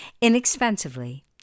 inexpensively